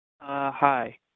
Hi